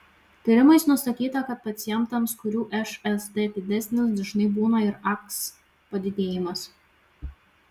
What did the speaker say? tyrimais nustatyta kad pacientams kurių šsd didesnis dažnai būna ir aks padidėjimas